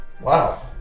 Wow